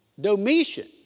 Domitian